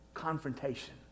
Confrontation